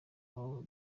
aba